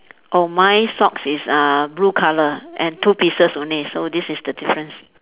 oh my socks is uh blue colour and two pieces only so this is the difference